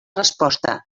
resposta